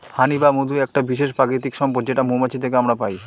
হানি বা মধু একটা বিশেষ প্রাকৃতিক সম্পদ যেটা মৌমাছি থেকে আমরা পাই